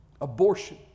Abortion